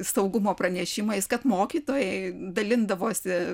saugumo pranešimais kad mokytojai dalindavosi